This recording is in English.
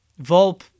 Volpe